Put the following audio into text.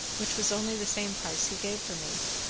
which was only the same price he gave for me.